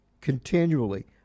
continually